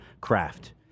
craft